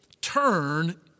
Turn